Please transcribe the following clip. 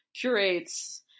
curates